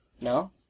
no